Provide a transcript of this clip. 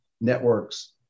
networks